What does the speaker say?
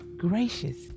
gracious